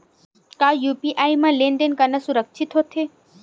का यू.पी.आई म लेन देन करना सुरक्षित होथे?